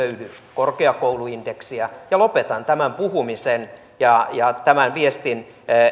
korkeakouluindeksiä lopetan tämän puhumisen ja ja tämän viestin